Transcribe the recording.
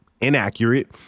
inaccurate